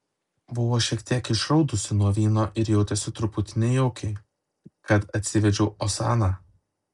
buvo šiek tiek išraudusi nuo vyno ir jautėsi truputį nejaukiai kad atsivedžiau osaną